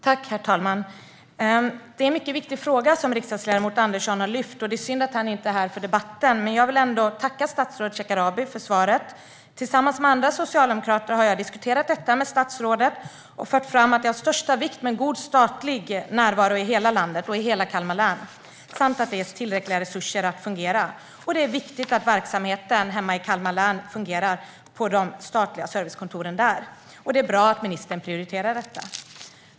Herr talman! Det är en mycket viktig fråga som riksdagsledamot Andersson har lyft. Det är synd att han inte är här och deltar i debatten. Men jag vill ändå tacka statsrådet Shekarabi för svaret. Tillsammans med andra socialdemokrater har jag diskuterat detta med statsrådet och fört fram att det är av största vikt med en god statlig närvaro i hela landet och i hela Kalmar län samt att det ges tillräckliga resurser så att det fungerar. Och det är viktigt att verksamheten på de statliga servicekontoren hemma i Kalmar län fungerar. Det är bra att ministern prioriterar detta.